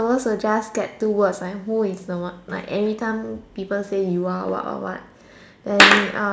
most of us just get two words like who is the one like everytime people say you what what what what what